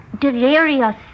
Delirious